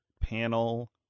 panel